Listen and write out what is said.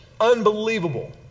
Unbelievable